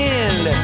end